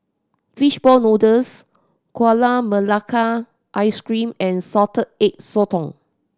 fishball noodles Gula Melaka Ice Cream and Salted Egg Sotong